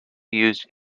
used